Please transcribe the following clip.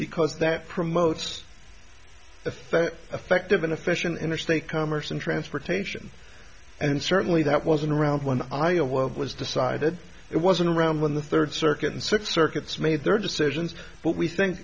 because that promotes the fair effect of an efficient interstate commerce and transportation and certainly that wasn't around when i awoke was decided it wasn't around when the third circuit and six circuits made their decisions but we think